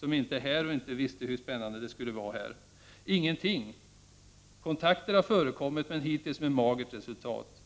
Han är inte här — han visste inte hur spännande det skulle bli. Gör de ingenting? Kontakter har förekommit men hittills med magert resultat.